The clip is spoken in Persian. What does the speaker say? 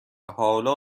حالا